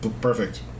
perfect